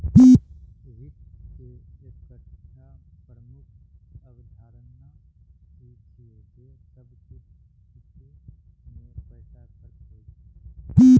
वित्त के एकटा प्रमुख अवधारणा ई छियै जे सब किछु मे पैसा खर्च होइ छै